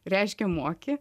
reiškia moki